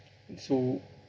so